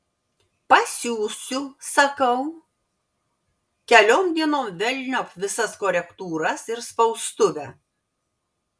pasiųsiu sakau keliom dienom velniop visas korektūras ir spaustuvę